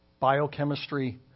biochemistry